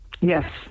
Yes